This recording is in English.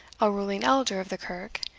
a ruling elder of the kirk,